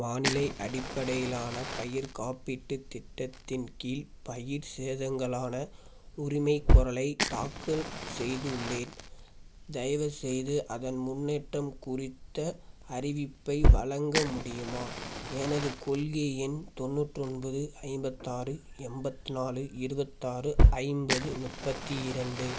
வானிலை அடிப்படையிலான பயிர்க் காப்பீட்டுத் திட்டத்தின் கீழ் பயிர் சேதங்களான உரிமைக்கோரலைத் தாக்கல் செய்துள்ளேன் தயவு செய்து அதன் முன்னேற்றம் குறித்த அறிவிப்பை வழங்க முடியுமா எனது கொள்கை எண் தொண்ணூற்று ஒன்பது ஐம்பத்தாறு எண்பத்தி நாலு இருபத்தாறு ஐம்பது முப்பத்தி இரண்டு